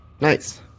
nice